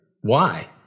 Why